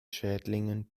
schädlingen